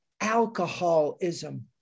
alcoholism